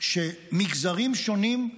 למגזרים שונים,